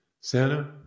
santa